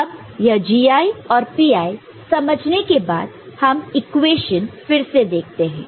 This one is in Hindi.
अब यह Gi और Pi समझने के बाद हम इक्वेशन फिर से देखते हैं